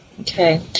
Okay